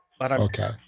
Okay